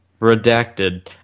redacted